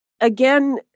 Again